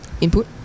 input